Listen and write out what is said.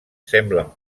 semblen